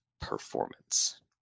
performance